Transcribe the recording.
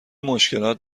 مشکلات